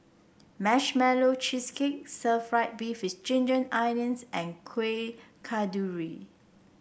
Marshmallow Cheesecake Stir Fried Beef with Ginger Onions and Kueh Kasturi